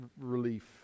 relief